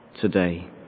today